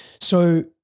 So-